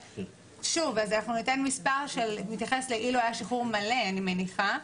שוב אנחנו ניתן מספר ונתייחס לאילו היה שחרור מלא אני מניחה,